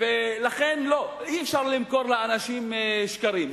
אי-אפשר למכור לאנשים שקרים.